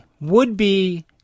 would-be